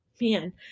man